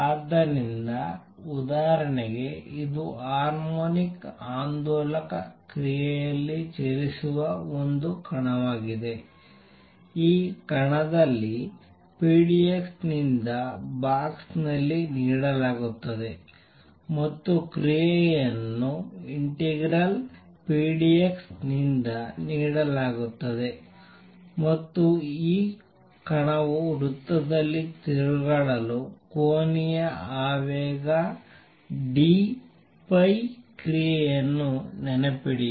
ಆದ್ದರಿಂದ ಉದಾಹರಣೆಗೆ ಇದು ಹಾರ್ಮೋನಿಕ್ ಆಂದೋಲಕ ಕ್ರಿಯೆಯಲ್ಲಿ ಚಲಿಸುವ ಒಂದು ಕಣವಾಗಿದೆ ಈ ಕಣದಲ್ಲಿ pdxನಿಂದ ಬಾಕ್ಸ್ ನಲ್ಲಿ ನೀಡಲಾಗುತ್ತದೆ ಮತ್ತೆ ಕ್ರಿಯೆಯನ್ನು ∫pdx ನಿಂದ ನೀಡಲಾಗುತ್ತದೆ ಮತ್ತು ಈ ಕಣವು ವೃತ್ತದಲ್ಲಿ ತಿರುಗಾಡಲು ಕೋನೀಯ ಆವೇಗ dϕ ಕ್ರಿಯೆಯನ್ನು ನೆನಪಿಡಿ